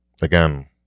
again